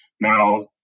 Now